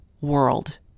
world